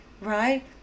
right